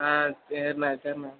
ஆ சரிண்ண சரிண்ண